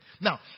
Now